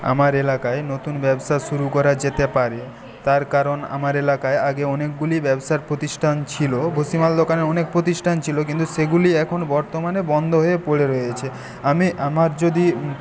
আমার এলাকায় নতুন ব্যবসা শুরু করা যেতে পারে তার কারণ আমার এলাকায় আগে অনেকগুলি ব্যবসার প্রতিষ্ঠান ছিল ভুসিমাল দোকানে অনেক প্রতিষ্ঠান ছিল কিন্তু সেগুলি এখন বর্তমানে বন্ধ হয়ে পরে রয়েছে আমি আমার যদি